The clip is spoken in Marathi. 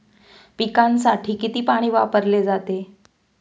पिकांसाठी किती पाणी वापरले जाते?